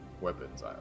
weapons